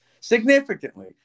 Significantly